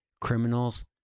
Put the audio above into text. criminals